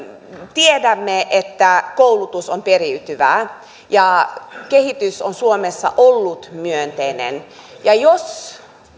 tiedämme että koulutus on periytyvää ja kehitys on suomessa ollut myönteinen jos